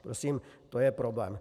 Prosím, to je problém.